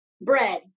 bread